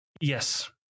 Yes